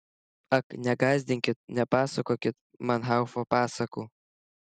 ak negąsdinkit nepasakokit man haufo pasakų